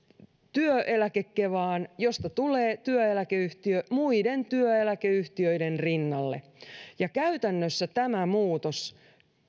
työeläke kevaan josta tulee työeläkeyhtiö muiden työeläkeyhtiöiden rinnalle käytännössä tämä muutos